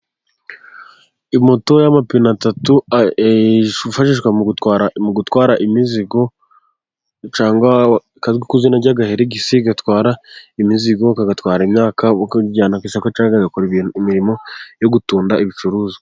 Imoto y'amapine atatu yifashishwa mu gutwara imizigo kazwi ku izina ry'agaherigisi. Gatwara imizigo kagatwara imyaka kayijyana ku isoko cyangwa gakora imirimo yo gutunda ibicuruzwa.